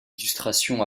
illustrations